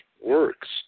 works